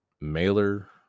mailer